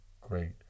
great